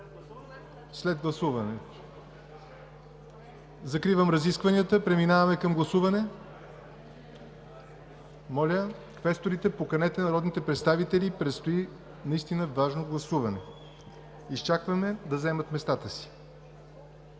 след гласуването.) Закривам разискванията. Преминаваме към гласуване. Моля, квесторите, поканете народните представители. Предстои наистина важно гласуване. Уважаеми народни